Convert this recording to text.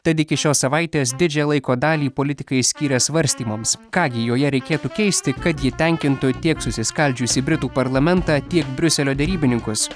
tad iki šios savaitės didžiąją laiko dalį politikai skiria svarstymams ką gi joje reikėtų keisti kad ji tenkintų tiek susiskaldžiusį britų parlamentą tiek briuselio derybininkus